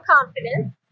Confidence